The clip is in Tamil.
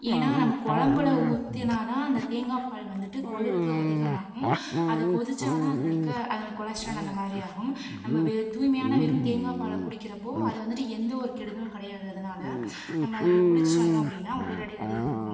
ஏன்னால் நம்ம குழம்புல ஊற்றுனா தான் அந்த தேங்காப்பால் வந்துட்டு கொழுப்பு அதிகமாகும் அது கொதிச்சால் தான் அதில் இருக்கற அந்த கொலஸ்ட்ரால் அந்தமாதிரி ஆகும் நம்ம வெ தூய்மையான வெறும் தேங்காப்பாலை குடிக்கிறப்போ அது வந்துட்டு எந்த ஒரு கெடுதலும் கிடையாது அதனால நம்ம அதை அப்டி குடிச்சிட் வந்தோம் அப்படின்னா உடல் எடை அதிகரிக்கும்